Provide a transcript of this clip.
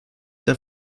der